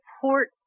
support